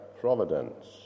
providence